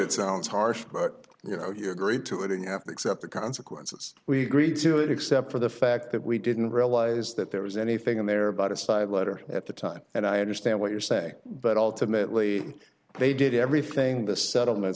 it sounds harsh but you know you agree to it and you have to accept the consequences we greed to it except for the fact that we didn't realize that there was anything in there about a side letter at the time and i understand what you're saying but ultimately they did everything the settlement